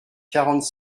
quarante